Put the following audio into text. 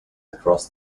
across